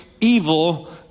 evil